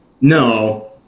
no